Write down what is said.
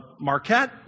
Marquette